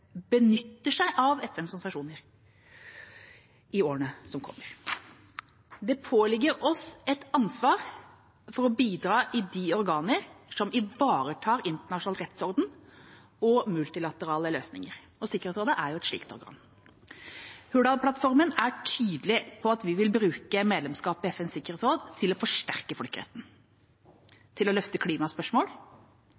benytter seg av FN-organisasjonens institusjoner i årene som kommer. Det påligger oss et ansvar for å bidra i de organer som ivaretar internasjonal rettsorden og multilaterale løsninger. Sikkerhetsrådet er et slikt organ. Hurdalsplattformen er tydelig på at vi vil bruke medlemskapet i FNs sikkerhetsråd til å forsterke folkeretten,